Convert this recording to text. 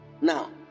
now